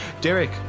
Derek